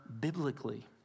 biblically